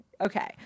okay